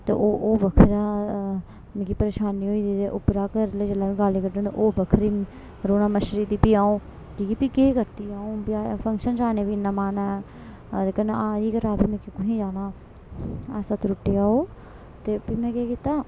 ते ओह् ओह् बक्खरा मिगी परेशानी होई दी ते उप्परै घरै आह्ले जेल्लै मिकी गाली कड्ढना ते ओह् बक्खरी रौना मच्छरी दी फ्ही आ'ऊं कि के फ्ही केह् करदी फ्ही आ'ऊं फंक्शन च जाने बी इ'न्ना मन ऐ ते कन्नै आई घरा में आखेआ कु'त्थै जाना ऐसा त्रुट्टेआ ओह् ते फ्ही में केह् कीता